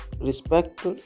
respect